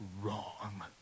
wrong